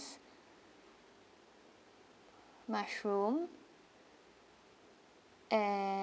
mushroom and